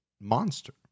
monster